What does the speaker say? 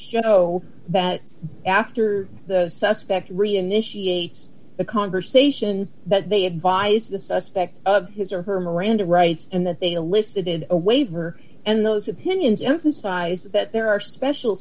show that after the suspect reinitiate a conversation that they advise the suspect of his or her miranda rights and that they lifted a waiver and those opinions emphasize that there are special